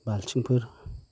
बालथिंफोर